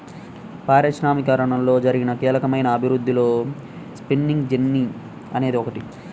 పారిశ్రామికీకరణలో జరిగిన కీలకమైన అభివృద్ధిలో స్పిన్నింగ్ జెన్నీ అనేది ఒకటి